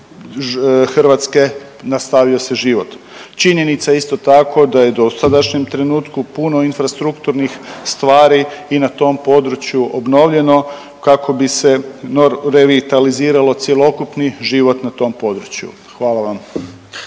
Hrvatske nastavio se život. Činjenica je isto tako da je u dosadašnjem trenutku puno infrastrukturnih stvari i na tom području obnovljeno kako bi se revitaliziralo cjelokupni život na tom području. Hvala vam.